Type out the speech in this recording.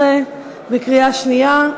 19) בקריאה שנייה.